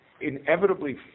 inevitably